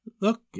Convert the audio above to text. Look